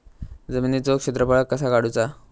जमिनीचो क्षेत्रफळ कसा काढुचा?